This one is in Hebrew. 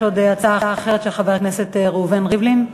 יש עוד הצעה אחרת של חבר הכנסת ראובן ריבלין.